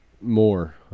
More